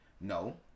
No